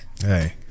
hey